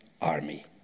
army